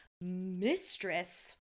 mistress